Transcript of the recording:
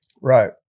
Right